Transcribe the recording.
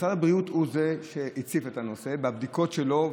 משרד הבריאות הוא שהציף את הנושא בבדיקות שלו,